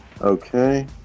Okay